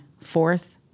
Fourth